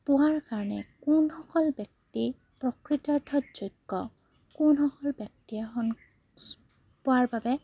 পোৱাৰ কাৰণে কোনসকল ব্যক্তি প্ৰকৃতাৰ্থত যোগ্য কোনসকল ব্যক্তিয়ে খন পোৱাৰ বাবে